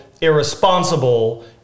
irresponsible